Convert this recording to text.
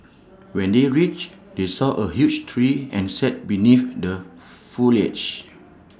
when they reached they saw A huge tree and sat beneath the foliage